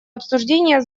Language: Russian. обсуждения